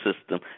system